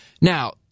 Now